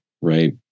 right